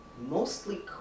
mostly